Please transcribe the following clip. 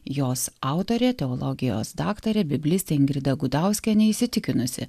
jos autorė teologijos daktarė biblistė ingrida gudauskienė įsitikinusi